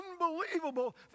unbelievable